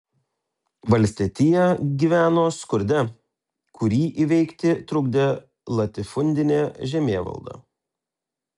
valstietija gyveno skurde kurį įveikti trukdė latifundinė žemėvalda